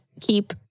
keep